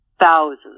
thousands